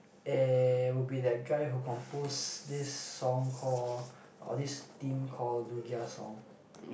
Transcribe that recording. eh would be that guy who compose this song call or this theme call Lugia song